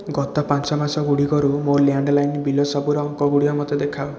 ଗତ ପାଞ୍ଚ ମାସ ଗୁଡ଼ିକରୁ ମୋ ଲ୍ୟାଣ୍ଡଲାଇନ୍ ବିଲ୍ ସବୁର ଅଙ୍କ ଗୁଡ଼ିକ ମୋତେ ଦେଖାଅ